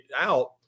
out